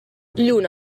lluna